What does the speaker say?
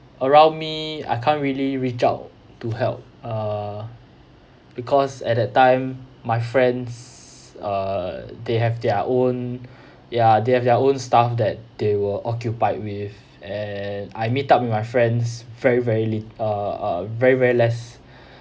around me I can't really reach out to help uh because at that time my friends uh they have their own ya they have their own stuff that they were occupied with and I meet up with my friends very very lit~ uh uh very very less